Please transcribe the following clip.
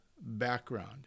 background